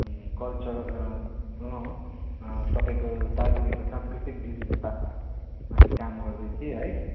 culture तपाईँको दार्जिलिङको सांस्कृतिक विविधतामाथि काम गर्दै थिएँ है